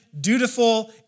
dutiful